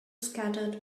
scattered